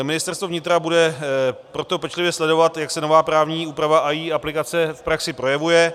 Ministerstvo vnitra bude proto pečlivě sledovat, jak se nová právní úprava a její aplikace v praxi projevuje.